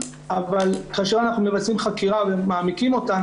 אבל כאשר אנחנו מבצעים חקירה ומעמיקים אותה,